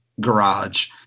garage